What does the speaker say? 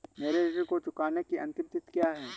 मेरे ऋण को चुकाने की अंतिम तिथि क्या है?